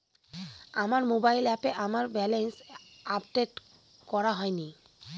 আমার মোবাইল অ্যাপে আমার ব্যালেন্স আপডেট করা হয়নি